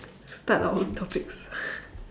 start our own topics